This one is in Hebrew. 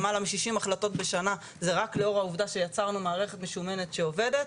למעלה מששים החלטות בשנה זה רק לאור העובדה שיצרנו מערכת משומנת שעובדת.